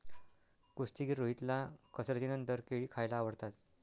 कुस्तीगीर रोहितला कसरतीनंतर केळी खायला आवडतात